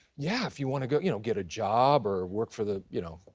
yeah, if you want to go you know get a job or work for the, you know,